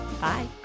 Bye